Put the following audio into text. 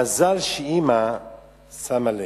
מזל שאמא שמה לב.